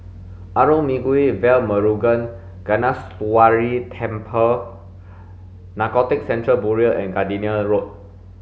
Arulmigu Velmurugan Gnanamuneeswarar Temple Narcotics Control Bureau and Gardenia Road